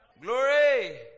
Glory